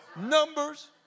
Numbers